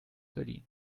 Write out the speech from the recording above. berlin